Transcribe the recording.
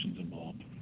involved